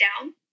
down